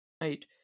Right